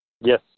Yes